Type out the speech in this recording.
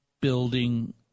building